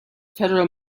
federal